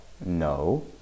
No